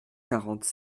quarante